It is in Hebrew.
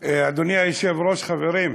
אדוני היושב-ראש, חברים,